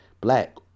Black